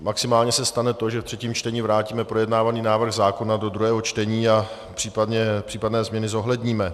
Maximálně se stane to, že v třetím čtení vrátíme projednávaný návrh zákona do druhého čtení a případné změny zohledníme.